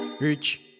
Rich